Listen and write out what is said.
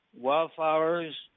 wildflowers